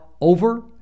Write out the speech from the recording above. over